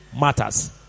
matters